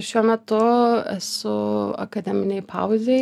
šiuo metu esu akademinėj pauzėj